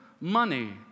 money